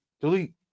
Delete